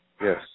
Yes